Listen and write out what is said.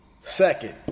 second